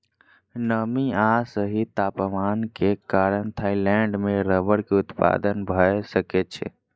नमी आ सही तापमान के कारण थाईलैंड में रबड़ के उत्पादन भअ सकै छै